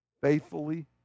faithfully